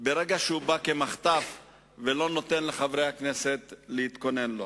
ברגע שהוא בא כמחטף ולא נותנים לחברי הכנסת להתכונן לו.